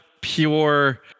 pure